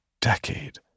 decade